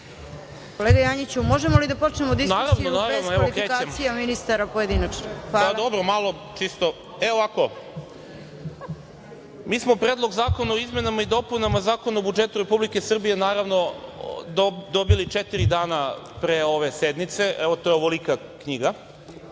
Kolega Janjiću, da li možemo da počnemo diskusiju bez kvalifikacija ministara pojedinačno. **Stefan Janjić** Mi smo Predlog zakona o izmenama i dopunama Zakona o budžetu Republike Srbije, naravno, dobili četiri dana pre ove sednice. To je ovolika knjiga.